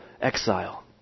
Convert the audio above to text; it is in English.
exile